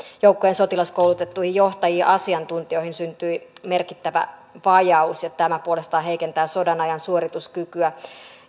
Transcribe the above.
joukkojen sotilaskoulutettuihin johtajiin ja asiantuntijoihin syntyi merkittävä vajaus ja tämä puolestaan heikentää sodanajan suorituskykyä